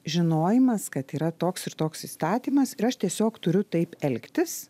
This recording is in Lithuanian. žinojimas kad yra toks ir toks įstatymas ir aš tiesiog turiu taip elgtis